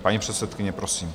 Paní předsedkyně, prosím.